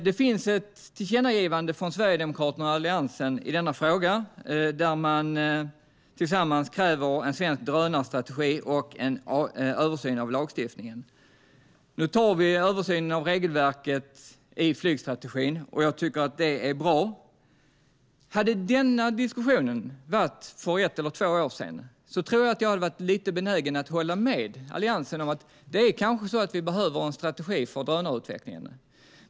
Det finns ett tillkännagivande från Sverigedemokraterna och Alliansen i denna fråga där man tillsammans kräver en svensk drönarstrategi och en översyn av lagstiftningen. Nu gör vi översynen av regelverket i flygstrategin. Jag tycker att det är bra. Hade denna diskussion ägt rum för ett eller två år sedan tror jag att jag varit lite benägen att hålla med Alliansen om att vi kanske behöver en strategi för drönarutvecklingen.